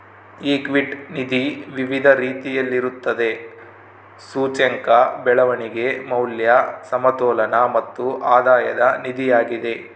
equity ನಿಧಿ ವಿವಿಧ ರೀತಿಯಲ್ಲಿರುತ್ತದೆ, ಸೂಚ್ಯಂಕ, ಬೆಳವಣಿಗೆ, ಮೌಲ್ಯ, ಸಮತೋಲನ ಮತ್ತು ಆಧಾಯದ ನಿಧಿಯಾಗಿದೆ